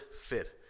fit